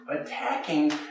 attacking